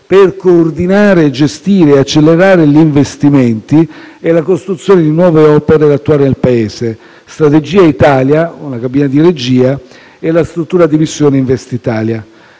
per coordinare, gestire e accelerare gli investimenti e la costruzione di nuove opere da attuare nel Paese: Strategia Italia (una cabina di regia) e la struttura di missione Investitalia.